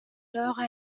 alors